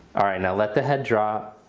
alright now let the head drop.